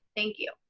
thank you.